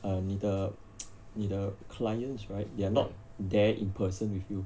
err 你的 你的 clients right they are not there in person with you